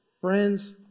Friends